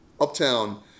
uptown